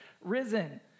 risen